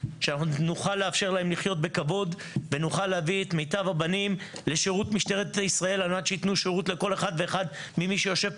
כדי לתקוף כלכלית ולהחזיר כסף למדינה.